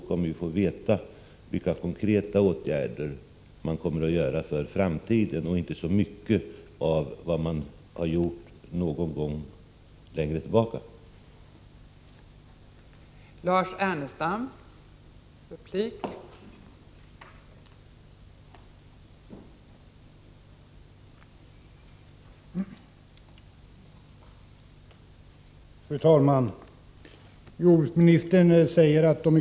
Vi får då veta vilka konkreta åtgärder som kommer att vidtas för framtiden, och det kommer inte att handla så mycket om vad som gjorts längre tillbaka i tiden.